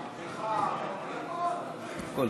גברתי,